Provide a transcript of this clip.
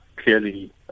Clearly